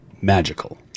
magical